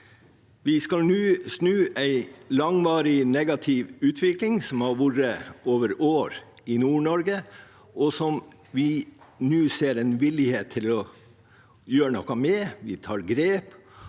Vi skal nå snu en langvarig negativ utvikling som har vært over år i Nord-Norge, og som vi nå ser en vilje til å gjøre noe med. Vi tar grep,